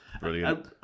Brilliant